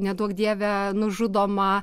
neduok dieve nužudoma